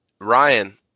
Ryan